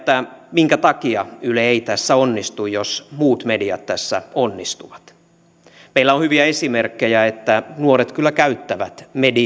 minkä takia yle ei tässä onnistu jos muut mediat tässä onnistuvat meillä on hyviä esimerkkejä että nuoret kyllä käyttävät mediaa